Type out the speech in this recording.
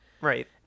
Right